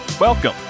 Welcome